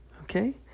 okay